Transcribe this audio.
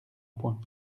point